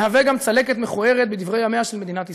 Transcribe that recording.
מהווה גם צלקת מכוערת בדברי ימיה של מדינת ישראל.